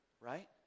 right